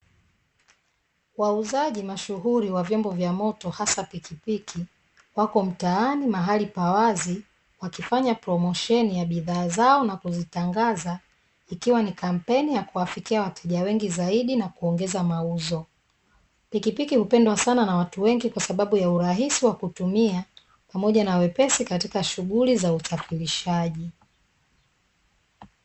Wauzaji mashuhuri wa vyombo vya moto hasa pikipiki, wako mtaani mahali pa wazi wakifanya promosheni ya bidhaa zao na kuzitangaza, ikiwa ni kampeni ya kuwafikia wateja wengi zaidi na kuongeza mauzo. Pikikpiki hupendwa sana na watu wengi, kwa sababu ya urahisi wa kuitumia pamoja na wepesi katika shughuli za usafirishaji.